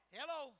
Hello